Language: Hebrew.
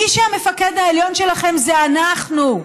המפקד העליון שלכם זה אנחנו,